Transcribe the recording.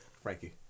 Frankie